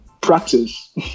practice